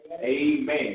Amen